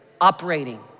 operating